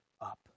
up